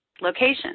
location